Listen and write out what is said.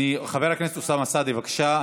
חבר הכנסת אוסאמה סעדי, בבקשה.